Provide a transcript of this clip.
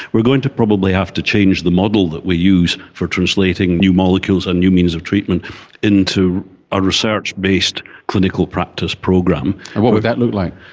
we are going to probably have to change the model that we use for translating new molecules and new means of treatment into a research based clinical practice program and what would that look like?